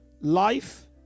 life